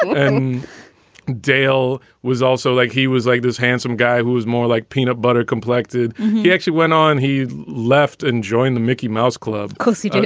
and dale was also like he was like this handsome guy who was more like peanut butter complected he actually went on he left and joined the mickey mouse club classy, but